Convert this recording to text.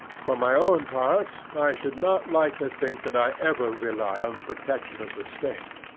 for my own part, i should not like to think that i ever rely on the protection of the state.